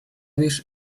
wish